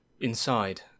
Inside